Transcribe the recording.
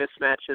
mismatches